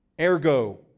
ergo